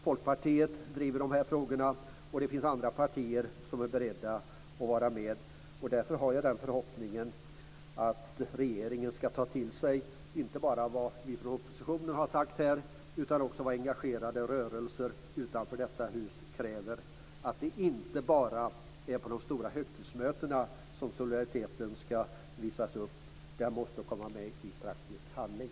Folkpartiet driver frågorna, och det finns andra partier som är beredda att vara med. Därför har jag förhoppningen att regeringen skall ta till sig inte bara vad vi från oppositionen har sagt utan också vad engagerade rörelser utanför detta hus kräver. Det är inte bara på de stora högtidsmötena som solidariteten skall visas upp. Den måste finnas i praktisk handling.